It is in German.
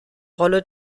rolle